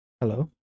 Hello